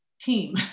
team